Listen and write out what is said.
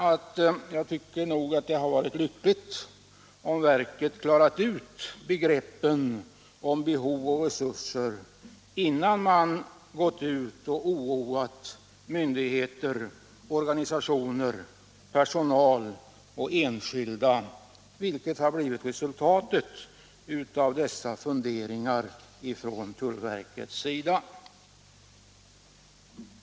Det hade varit lyckligt om verket klarat ut behov och resurser innan man gått ut och oroat myndigheter, organisationer, personal och enskilda, vilket har blivit resultatet av dessa funderingar från tullverkets sida.